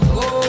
go